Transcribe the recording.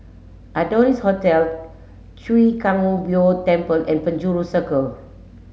Adonis Hotel Chwee Kang Beo Temple and Penjuru Circle